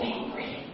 angry